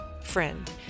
Friend